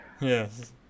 yes